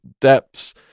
depths